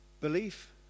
Belief